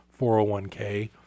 401k